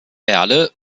erle